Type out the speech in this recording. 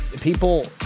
people